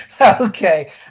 Okay